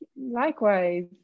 Likewise